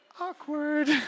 awkward